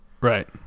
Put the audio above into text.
right